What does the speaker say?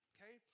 Okay